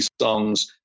songs